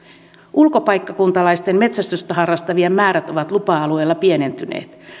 ulkopaikkakuntalaisten metsästystä harrastavien määrät ovat lupa alueella pienentyneet